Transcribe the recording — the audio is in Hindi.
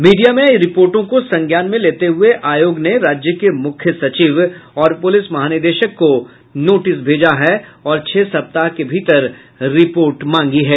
मीडिया में आई रिपोर्टों को संज्ञान में लेते हुए आयोग ने राज्य के मुख्य सचिव और पुलिस महानिदेशक को नोटिस भेजा है और छह सप्ताह के भीतर रिपोर्ट मांगी है